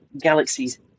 galaxies